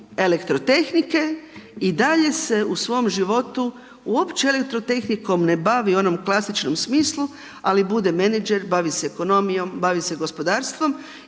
elektrotehnike i dalje se u svom životu uopće elektrotehnikom ne bavi u onom klasičnom smislu, ali bude menadžer, bavi se ekonomijom, bavi se gospodarstvom